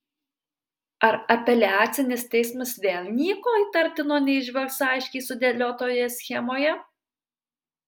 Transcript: ar apeliacinis teismas vėl nieko įtartino neįžvelgs aiškiai sudėliotoje schemoje